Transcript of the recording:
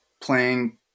playing